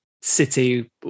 city